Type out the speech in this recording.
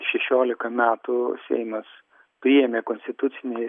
šešiolika metų seimas priėmė konstitucinį